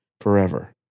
forever